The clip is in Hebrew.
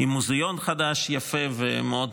עם מוזיאון חדש ויפה,